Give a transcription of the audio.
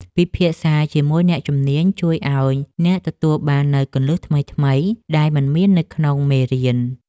ពិភាក្សាជាមួយអ្នកជំនាញជួយឱ្យអ្នកទទួលបាននូវគន្លឹះថ្មីៗដែលមិនមាននៅក្នុងមេរៀន។